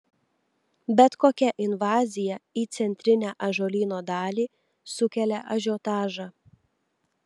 bet kokia invazija į centrinę ąžuolyno dalį sukelia ažiotažą